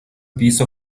piece